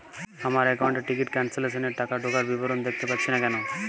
আমার একাউন্ট এ ticket cancellation এর টাকা ঢোকার বিবরণ দেখতে পাচ্ছি না কেন?